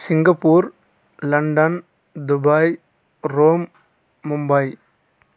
Singapore London Dubai Rome Mumbai